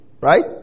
right